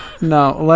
no